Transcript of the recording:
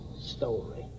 story